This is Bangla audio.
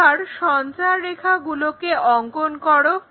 এবার সঞ্চাররেখাগুলোকে অঙ্কন করো